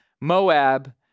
Moab